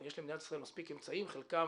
יש למדינת ישראל מספיק אמצעים, חלקם